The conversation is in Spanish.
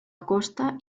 acosta